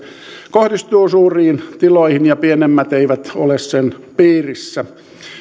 kohdistuu suuriin tiloihin ja pienemmät eivät ole sen piirissä